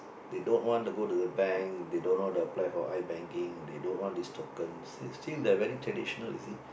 they don't want to go to the bank they dunno how to apply for iBanking they don't want this token it's still very traditional you see